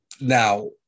Now